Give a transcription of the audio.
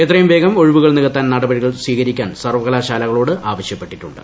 എത്രയും വേഗ്ം ഒഴിവുകൾ നികത്താൻ നടപടികൾ സ്വീകരിക്കാൻ സർവകലാശാലകളോട് ആവശ്യപ്പെട്ടിട്ടുണ്ട്